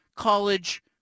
college